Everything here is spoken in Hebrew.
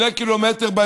2 קילומטרים,